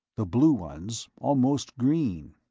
the blue ones almost green.